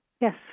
Yes